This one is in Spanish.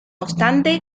obstante